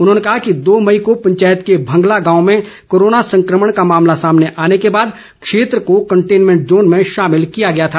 उन्होंने कहा कि दो मई को पंचायत के भंगला गांव में कोरोना संक्रमण का मामला सामने आने के बाद क्षेत्र को कंटैनमेंट जोन में शामिल किया गया था